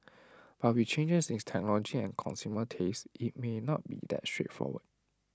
but with changes in technology and consumer tastes IT may not be that straightforward